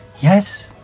Yes